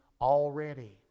already